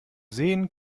sehen